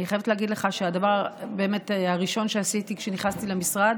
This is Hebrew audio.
אני חייבת להגיד לך שהדבר הראשון שעשיתי כשנכנסתי למשרד,